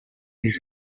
his